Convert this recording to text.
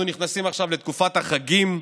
אנחנו נכנסים עכשיו לתקופת החגים,